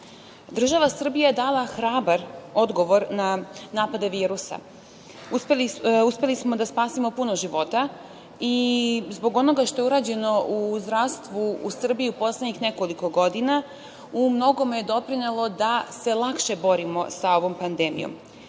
dalje. Država Srbija je dala hrabar odgovor na napade virusa. Uspeli smo da spasemo puno života i zbog onoga što je urađeno u zdravstvu u Srbiji u poslednjih nekoliko godina u mnogome je doprinelo da se lakše borimo sa ovom pandemijom. Kao